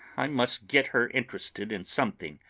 i must get her interested in something,